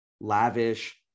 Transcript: lavish